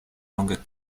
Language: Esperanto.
longa